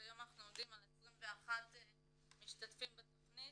כיום אנחנו עומדים על 21 משתתפים בתכנית.